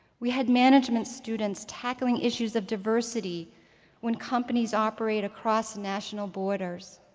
we had management students tackling issues of diversity when companies operate across national borders.